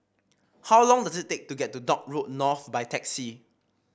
how long does it take to get to Dock Road North by taxi